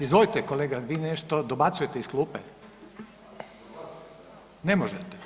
Izvolite kolega, vi nešto dobacujete iz klupe? … [[Upadica iz klupe se ne razumije]] Ne možete.